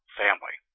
family